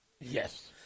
Yes